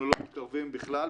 אנחנו לא מתקרבים בכלל.